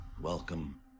Welcome